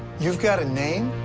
you've got a name?